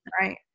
right